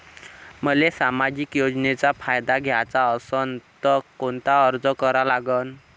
मले सामाजिक योजनेचा फायदा घ्याचा असन त कोनता अर्ज करा लागन?